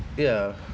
ya